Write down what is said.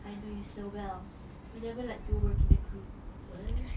I know you so well you never like to work in a group